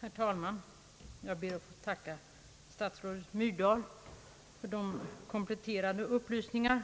Herr talman! Jag ber att få tacka statsrådet Myrdal för de kompletterande upplysningar